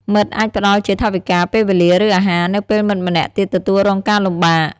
មិត្តអាចផ្ដល់ជាថវិកា ពេលវេលា ឬអាហារ នៅពេលមិត្តម្នាក់ទៀតទទួលរងការលំបាក។